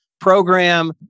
program